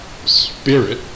spirit